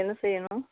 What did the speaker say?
என்ன செய்யணும்